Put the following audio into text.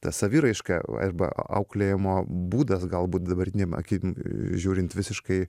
ta saviraiška arba auklėjimo būdas galbūt dabartinėm akim žiūrint visiškai